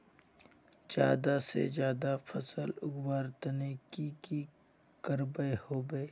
ज्यादा से ज्यादा फसल उगवार तने की की करबय होबे?